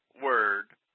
word